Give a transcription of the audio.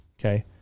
Okay